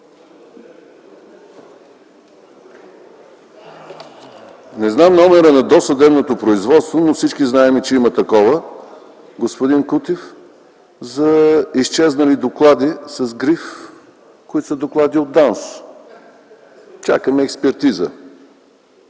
Не знам номера на досъдебното производство, но всички знаем, че има такова, господин Кутев, за изчезнали доклади с гриф, които са доклади от ДАНС. Чакаме експертиза.